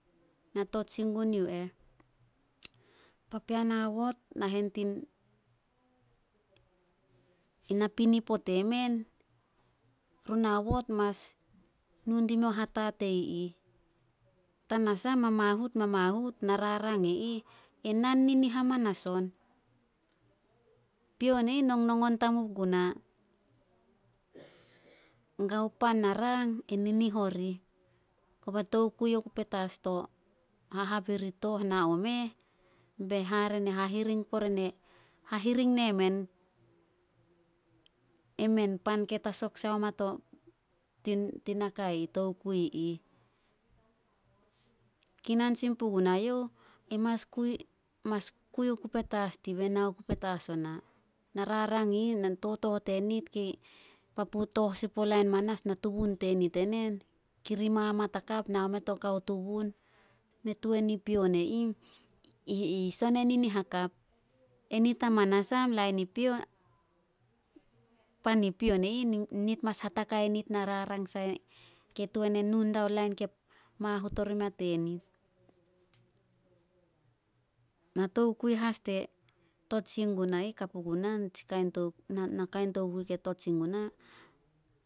Na tot sin gun yu eh, papean haobot nahen tin na pinipo temen, run haobot mas nu dimeh o hatatei ih. Tanasah mamahut- mamahut na rarang i ih, e nan ninih amanas on. Pion e ih, nongnongon tamup guna. Gao pan na rang e ninih o rih. Koba tokui oku petas to hahabirit tooh e na omeh, be hare ne hahiring hahiring ne men. Emen pan ke tasok sai oma tin tokui ih. Kinan sin pugunai youh, e mas kui- mas kui oku petas dih be nao ku petas ona. Na rarang i ih, na totooh tenit papu tooh sin puo lain manas, na tubun tenit e nen, kiri mamat hakap nao meh to kao tubun me tuan ni pion e ih, i sone ninih hakap. E nit amanas am lain i pion, pan i pion e ih, nit mas hatatkai nit na rarang ke tuan e nu diao lain ke mahut ori mea tenit. Na tokui as ke tot sin guna ih ka puguna, na- na kain tokui ke tot sin guna.